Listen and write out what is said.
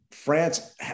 France